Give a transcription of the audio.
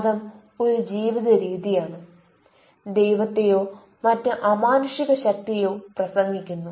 മതം ഒരു ജീവിതരീതിയാണ് ദൈവത്തെയൊ മറ്റ് അമാനുഷിക ശക്തിയെയൊ പ്രസംഗിക്കുന്നു